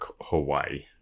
hawaii